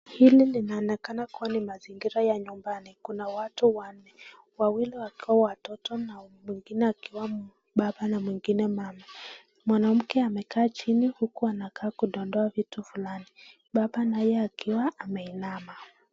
Hili linaonekana kuwa ni mazingira ya nyumbani kuna watu wanne, wawili wakiwa watoto na mwingine akiwa ni baba na mwingine mama. Mwanamke amekaa chini huku anakaa kudondoa vitu fulani baba naye akiwa ameinama.